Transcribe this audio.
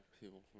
people